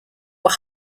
were